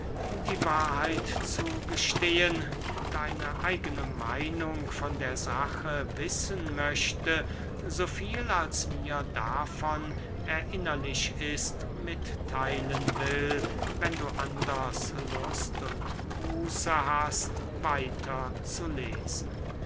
die wahrheit zu gestehen deine eigene meinung von der sache wissen möchte so viel als mir davon erinnerlich ist mittheilen will wenn du anders lust und muße hast